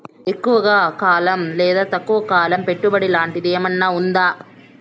ఎక్కువగా కాలం లేదా తక్కువ కాలం పెట్టుబడి లాంటిది ఏమన్నా ఉందా